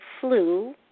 flu